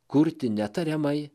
kurti netariamai